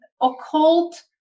occult